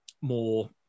more